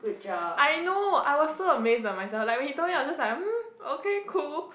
I know I was so amazed by myself like when he told me I was just like mm okay cool